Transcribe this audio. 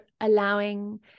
allowing